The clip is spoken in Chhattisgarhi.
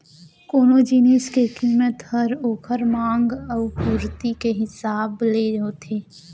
कोनो जिनिस के कीमत हर ओकर मांग अउ पुरती के हिसाब ले होथे